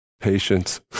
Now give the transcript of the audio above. patience